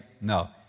No